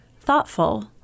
thoughtful